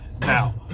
Now